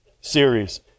series